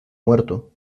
muerto